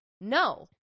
no